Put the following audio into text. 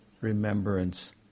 remembrance